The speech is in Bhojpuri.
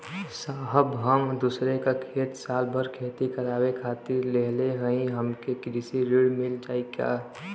साहब हम दूसरे क खेत साल भर खेती करावे खातिर लेहले हई हमके कृषि ऋण मिल जाई का?